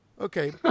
Okay